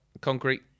concrete